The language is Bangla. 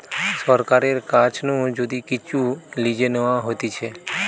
সরকারের কাছ নু যদি কিচু লিজে নেওয়া হতিছে